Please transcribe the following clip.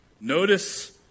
notice